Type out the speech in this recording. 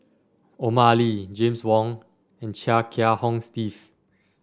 Omar Ali James Wong and Chia Kiah Hong Steve